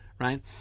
right